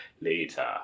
later